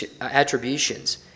attributions